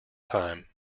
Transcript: time